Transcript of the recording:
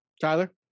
Tyler